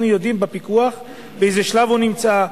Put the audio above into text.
אנחנו יודעים בפיקוח באיזה שלב הוא נמצא,